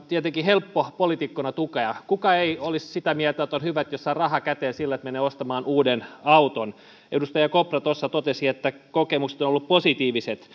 tietenkin helppo poliitikkona tukea kuka ei olisi sitä mieltä että on hyvä jos saa rahaa käteen sillä että menee ostamaan uuden auton edustaja kopra tuossa totesi että kokemukset ovat olleet positiiviset